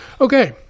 okay